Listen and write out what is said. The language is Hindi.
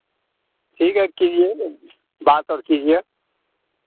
ठीक है कीजिए बात और कीजिए